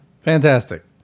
Fantastic